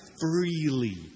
Freely